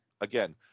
again